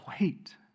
wait